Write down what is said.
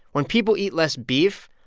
when people eat less beef,